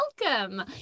welcome